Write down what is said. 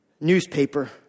newspaper